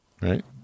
right